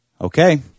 okay